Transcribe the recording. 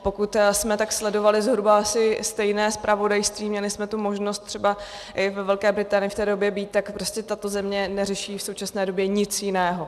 Pokud jsme tak sledovali zhruba asi stejné zpravodajství, měli jsme tu možnost třeba i ve Velké Británii v té době být, tak prostě tato země neřeší v současné době nic jiného.